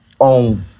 own